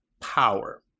power